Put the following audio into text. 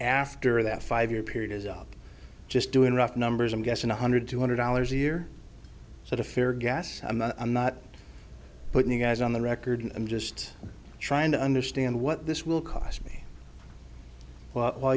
after that five year period is up just doing rough numbers i'm guessing one hundred two hundred dollars a year at a fair guess i'm not i'm not putting you guys on the record i'm just trying to understand what this will cost me well